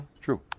true